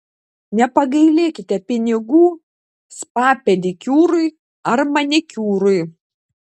nepagailėkite pinigų spa pedikiūrui ar manikiūrui